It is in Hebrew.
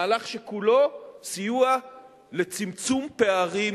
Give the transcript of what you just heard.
מהלך שכולו סיוע לצמצום פערים